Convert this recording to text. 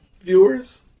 viewers